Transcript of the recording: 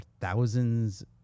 thousands